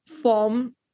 form